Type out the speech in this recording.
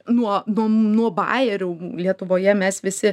nuo nuo nuo bajerių lietuvoje mes visi